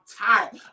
tired